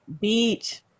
Beach